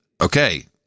okay